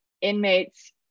Inmates